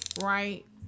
right